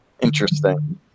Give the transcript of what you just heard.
interesting